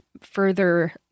further